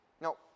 No